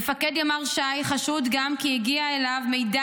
מפקד ימ"ר ש"י חשוד גם כי הגיע אליו מידע